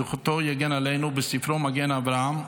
זכותו תגן עלינו, בספרו מגן אברהם.